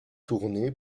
tourné